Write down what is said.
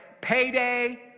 Payday